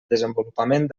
desenvolupament